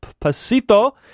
Pasito